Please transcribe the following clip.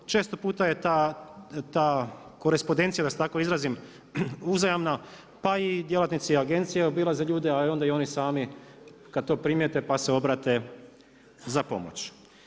Često je puta ta korespondencija da se tako izrazim, uzajamno pa i djelatnici agencije obilaze ljude, a onda i oni sami kad to primijete pa se obrate za pomoć.